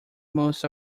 most